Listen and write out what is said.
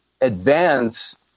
advance